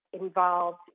involved